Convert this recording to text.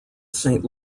saint